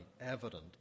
evident